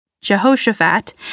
Jehoshaphat